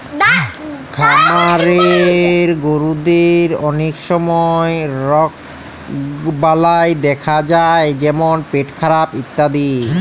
খামারের গরুদের অলক সময় রগবালাই দ্যাখা যায় যেমল পেটখারাপ ইত্যাদি